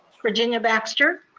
virginia baxter.